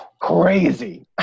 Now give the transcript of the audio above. crazy